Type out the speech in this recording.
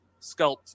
sculpt